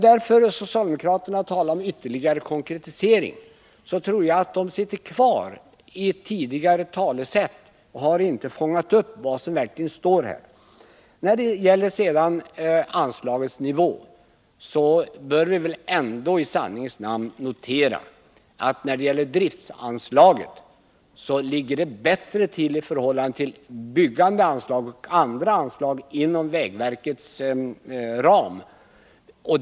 När socialdemokraterna talar om ytterligare konkretisering tror jag att de sitter kvar i ett tidigare talesätt och inte har uppfattat vad som verkligen står här. När det gäller anslagets nivå bör vi väl ändå i sanningens namn notera att driftanslaget ligger bättre till än byggandeanslag och andra anslag på vägverkets område.